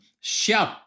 shout